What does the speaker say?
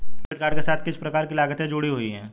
Debit card के साथ किस प्रकार की लागतें जुड़ी हुई हैं?